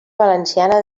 valenciana